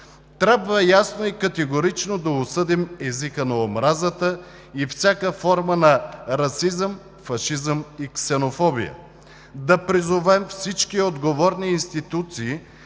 трябва ясно и категорично да осъдим езика на омразата и всяка форма на расизъм, фашизъм и ксенофобия, да призовем всички отговорни институции